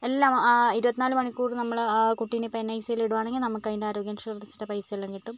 എല്ലാം ആ ഇരുപത്തി നാല് മണിക്കൂറും നമ്മൾ ആ കുട്ടീനെ ഇപ്പം എൻ ഐ സി യുവിൽ ഇടുവാണെങ്കിൽ നമുക്ക് അതിന്റെ ആരോഗ്യ ഇൻഷുറൻസിൻ്റെ പൈസ എല്ലാം കിട്ടും